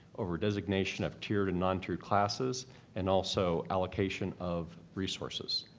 over designation of tiered and non-tiered classes and also allocation of resources.